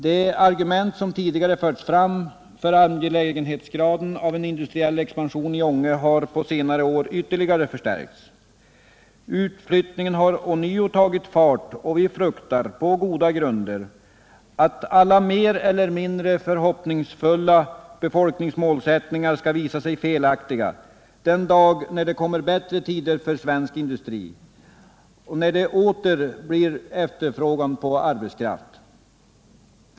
De argument som tidigare förts fram för angelägenheten av en industriell expansion i Ånge har på senare år ytterligare förstärkts. Utflyttningen har ånyo tagit fart, och vi fruktar på goda grunder att alla mer eller mindre förhoppningsfulla befolkningsmålsättningar skall visa sig felaktiga den dag det kommer bättre tider för svensk industri och när det åter blir efterfrågan på arbetskraft.